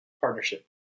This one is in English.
Partnership